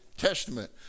Testament